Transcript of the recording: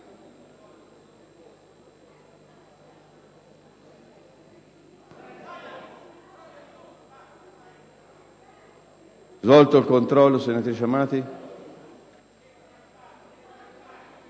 svolto il controllo, senatrice Amati?